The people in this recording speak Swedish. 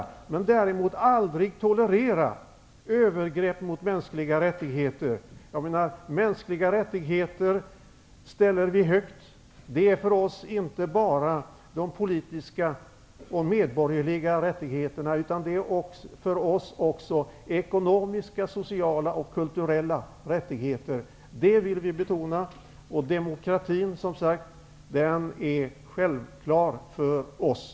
Däremot går det aldrig att tolerera övergrepp mot mänskliga rättigheter. Vi ställer principen om mänskliga rättigheter högt. För oss är det inte bara fråga om de politiska och medborgerliga rättigheterna. Det är för oss också fråga om ekonomiska, sociala och kulturella rättigheter. Vi vill betona det. Demokratin är självklar för oss.